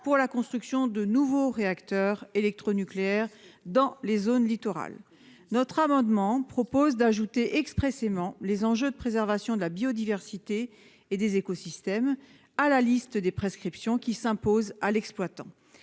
pour la construction de nouveaux réacteurs électronucléaires dans les zones littorales. Notre amendement tend à ajouter expressément les enjeux de préservation de la biodiversité et des écosystèmes à la liste des prescriptions s'imposant à l'exploitant.